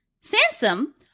Sansom